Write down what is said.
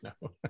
No